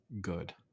good